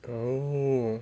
oh